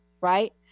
right